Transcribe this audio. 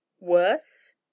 Worse